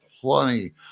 Plenty